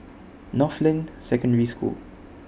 Northland Secondary School